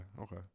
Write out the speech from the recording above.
okay